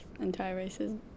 anti-racism